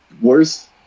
worst